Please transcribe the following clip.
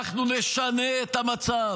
אנחנו נשנה את המצב.